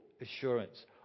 assurance